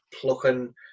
plucking